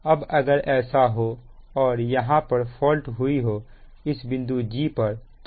अब अगर ऐसा हो और यहां पर फॉल्ट हुई हो इस बिंदु g पर